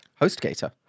HostGator